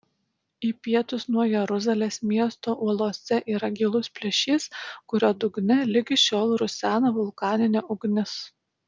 į pietus nuo jeruzalės miesto uolose yra gilus plyšys kurio dugne ligi šiol rusena vulkaninė ugnis